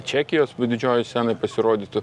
čekijos didžiojoj scenoj pasirodytų